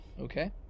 Okay